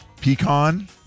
Pecan